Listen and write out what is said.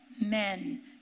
men